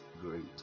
great